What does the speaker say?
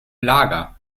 lager